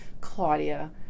Claudia